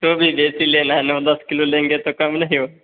तो भी जेसी लेना है नौ दस किलो लेंगे तो कम नहीं हो